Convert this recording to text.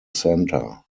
center